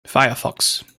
firefox